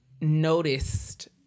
noticed